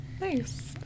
Nice